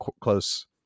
close